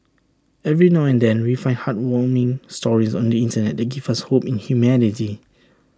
every now and then we find heartwarming stories on the Internet give us hope in humanity